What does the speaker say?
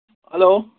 hello